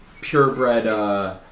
purebred